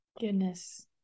Goodness